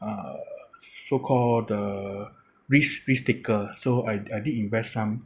uh so-called the risk risk taker so I d~ I did invest some